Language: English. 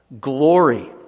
glory